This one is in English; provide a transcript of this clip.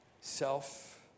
Self